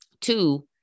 Two